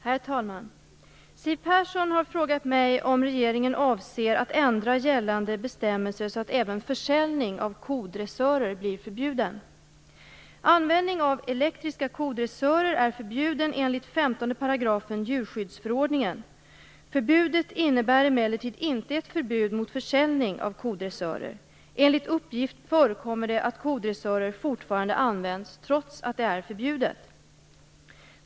Herr talman! Siw Persson har frågat mig om regeringen avser att ändra gällande bestämmelser så att även försäljning av kodressörer blir förbjuden. Användning av elektriska kodressörer är förbjuden enligt 15 § djurskyddsförordningen. Förbudet innebär emellertid inte ett förbud mot försäljning av kodressörer. Enligt uppgift förekommer det att kodressörer fortfarande används, trots att det är förbjudet.